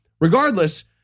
regardless